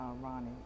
Ronnie